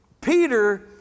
Peter